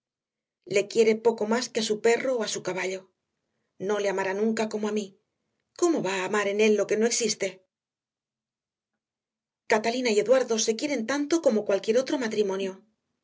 le quiere poco más que a su perro o a su caballo no le amará nunca como a mí cómo va a amar en él lo que no existe catalina y eduardo se quieren tanto como cualquier otro matrimonio